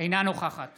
אינה נוכחת